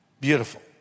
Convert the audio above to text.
Beautiful